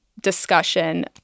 discussion